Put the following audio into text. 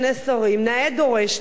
נאה דורש, נאה מקיים.